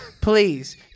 please